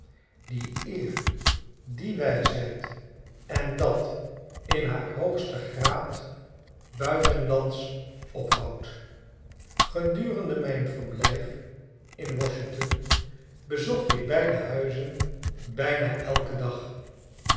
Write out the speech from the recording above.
die eer die wijsheid en dat in haar hoogsten graad buitenslands ophoudt gedurende mijn verblijf te washington bezocht ik beide huizen bijna elken dag